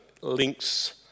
links